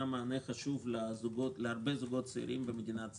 מענה חשוב להרבה זוגות צעירים במדינת ישראל.